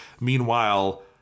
Meanwhile